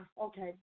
Okay